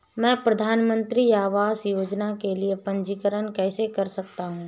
मैं प्रधानमंत्री आवास योजना के लिए पंजीकरण कैसे कर सकता हूं?